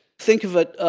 think of it,